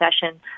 session